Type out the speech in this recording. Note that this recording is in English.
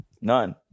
none